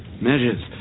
Measures